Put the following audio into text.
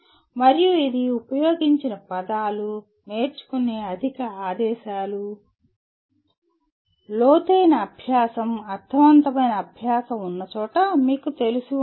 మరియు ఇది ఉపయోగించిన పదాలు నేర్చుకునే అధిక ఆదేశాలు లోతైన అభ్యాసం అర్ధవంతమైన అభ్యాసం ఉన్న చోట మీకు తెలిసి ఉండాలి